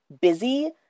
busy